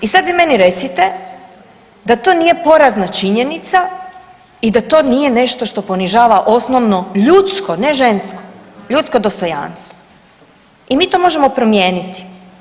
I sad vi meni recite da to nije porazna činjenica i da to nije nešto što ponižava osnovno ljudsko, ne žensko ljudsko dostojanstvo i mi to možemo promijeniti.